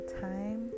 time